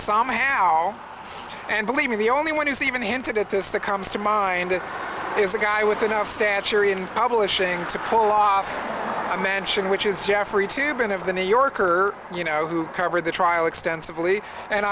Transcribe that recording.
somehow and believe me the only one who's even hinted at this the comes to mind is a guy with enough stature in publishing to pull off a mansion which is jeffrey toobin of the new yorker you know who covered the trial extensively and